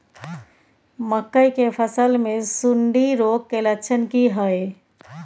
मकई के फसल मे सुंडी रोग के लक्षण की हय?